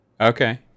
Okay